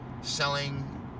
selling